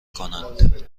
کنند